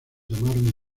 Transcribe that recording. tomaron